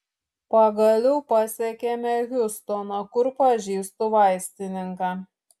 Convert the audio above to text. pagaliau pasiekėme hjustoną kur pažįstu vaistininką